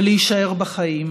ולהישאר בחיים,